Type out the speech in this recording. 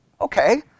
Okay